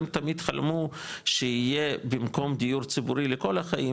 הם תמיד חלמו שיהיה במקום דיור ציבורי לכל החיים,